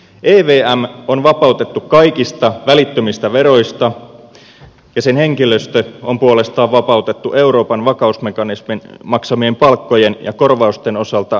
evm on vapautettu kaikista välittömistä veroista ja sen henkilöstö on puolestaan vapautettu euroopan vakausmekanismin maksamien palkkojen ja korvausten osalta kansallisesta tuloverosta